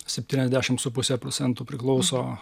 septyniasdešimt su puse procentų priklauso